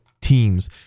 teams